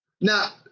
Now